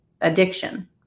addiction